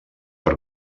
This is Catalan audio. per